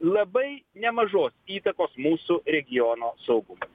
labai nemažos įtakos mūsų regiono saugumui